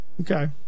Okay